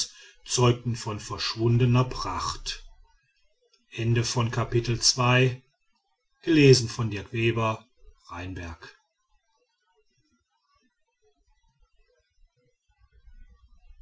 zeugten von verschwundener pracht